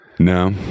No